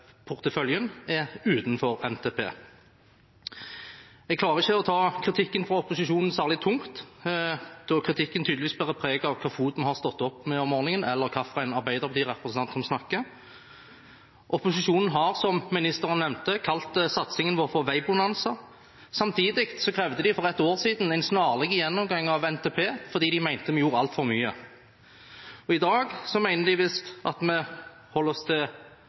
porteføljen er utenfor NTP. Jeg klarer ikke å ta kritikken fra opposisjonen særlig tungt, da kritikken tydeligvis bærer preg av hvilken fot man har stått opp først med, eller hvilken arbeiderpartirepresentant som snakker. Opposisjonen har, som ministeren nevnte, kalt satsingen vår for en «veibonanza». Samtidig krevde de for et år siden en snarlig gjennomgang av NTP, fordi de mente vi gjorde altfor mye. I dag mener de visst at vi holder oss til